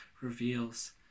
reveals